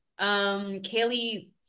kaylee